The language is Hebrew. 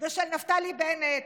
של נפתלי בנט,